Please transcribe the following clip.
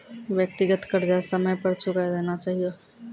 व्यक्तिगत कर्जा समय पर चुकाय देना चहियो